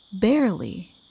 barely